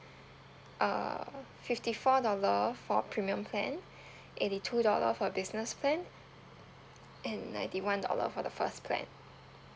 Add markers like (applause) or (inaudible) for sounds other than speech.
uh fifty four dollar for premium plan (breath) eighty two dollar for business plan and ninety one dollar for the first plan